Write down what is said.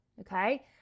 okay